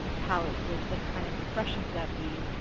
how it was just kind of refreshing that we